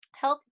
health